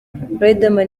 riderman